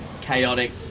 chaotic